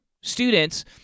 students